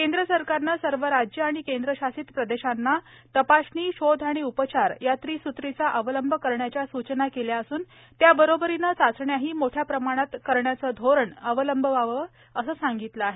केंद्र सरकारने सर्व राज्ये आणि केंद्रशासित प्रदेशांना तपासणी शोध आणि उपचार या त्रिसूत्रीचा अवलंब करण्याच्या सूचना केल्या असून त्याबरोबरीने चाचण्याही मोठ्या प्रमाणात करण्याचे धोरण अवलंबावे असे सांगितले आहे